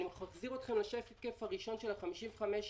אני מחזיר אתכם לשקף הראשון על 55,000